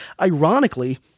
Ironically